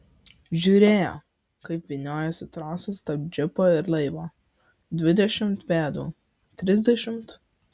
žiūrėjo kaip vyniojasi trosas tarp džipo ir laivo dvidešimt pėdų trisdešimt